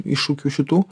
iššūkių šitų